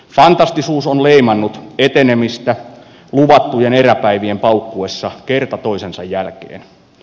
fantastisuus on leimannut etenemistä luvattujen eräpäivien paukkuessa kerta toisensa jälkeen